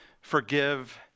forgive